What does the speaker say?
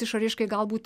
išoriškai galbūt